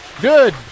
Good